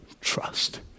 trust